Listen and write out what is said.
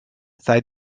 sei